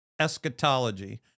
eschatology